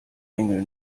engel